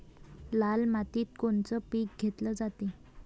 लाल मातीत कोनचं पीक घेतलं जाते?